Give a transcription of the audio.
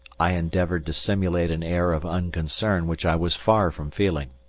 i endeavoured to simulate an air of unconcern which i was far from feeling.